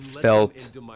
felt